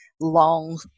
long